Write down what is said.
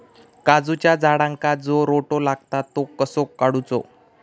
काजूच्या झाडांका जो रोटो लागता तो कसो काडुचो?